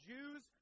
Jews